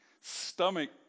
stomach